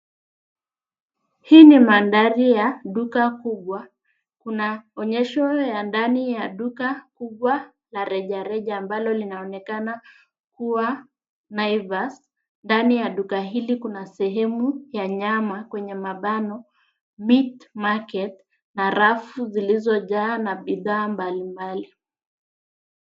Hii ni mandhari ya duka kubwa. Kuna onyesha ya ndani ya duka kubwa la rejareja, ambalo linaonekana kua Naivas. Ndani ya duka hili kuna sehemu ya nyama kwenye mabano, Meat Market , na rafu zilizojaa na bidhaa mbali mbali.